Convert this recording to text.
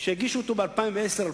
שיגישו אותו ב-2011-2010,